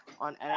on